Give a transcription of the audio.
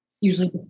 usually